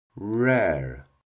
Rare